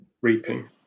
reaping